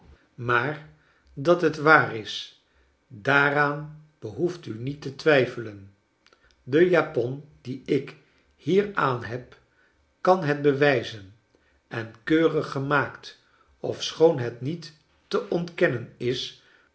maar dat het waar is daaraan behoeft u niet te twijfelen de japon die ik hier aan heb kan het bewijzen en keurig gemaakt ofschoon het niet te ontkennen is